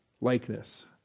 likeness